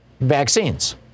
vaccines